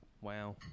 Wow